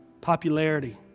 popularity